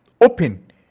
open